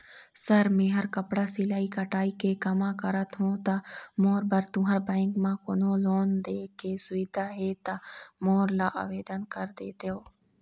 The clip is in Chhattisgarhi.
सर मेहर कपड़ा सिलाई कटाई के कमा करत हों ता मोर बर तुंहर बैंक म कोन्हों लोन दे के सुविधा हे ता मोर ला आवेदन कर देतव?